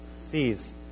sees